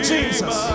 Jesus